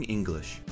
English